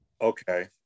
Okay